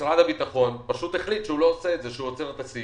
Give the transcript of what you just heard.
משרד הביטחון פשוט החליט שהוא לא עושה את זה והוא עוצר את הסיוע.